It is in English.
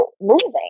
moving